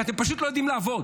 כי אתם פשוט לא יודעים לעבוד.